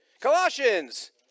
Colossians